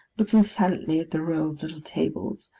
looking silently at the row of little tables,